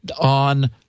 on